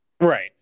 Right